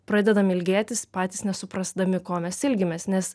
pradedam ilgėtis patys nesuprasdami ko mes ilgimės nes